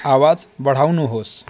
आवाज बढाउनुहोस्